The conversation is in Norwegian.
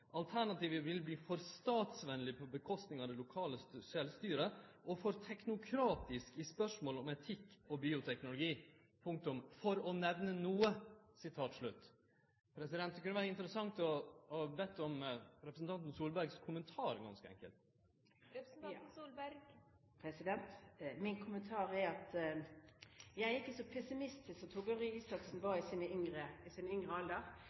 Alternativet vil bli for statsvennlig på bekostning av det lokale selvstyret, og for teknokratisk i spørsmål om etikk og bioteknologi. For å nevne noe.» Det kunne vere interessant å be om representanten Solbergs kommentar, ganske enkelt. Min kommentar er at jeg ikke er så pessimistisk som Torbjørn Røe Isaksen var i